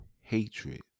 hatred